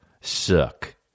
Suck